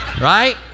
right